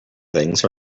things